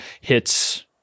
hits